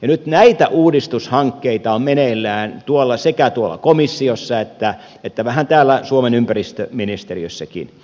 nyt näitä uudistushankkeita on meneillään sekä tuolla komissiossa että vähän täällä suomen ympäristöministeriössäkin